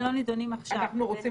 לא צריך